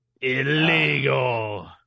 Illegal